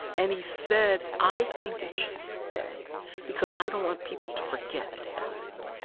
and he said i think it should stay because i don't want people to forget it happened.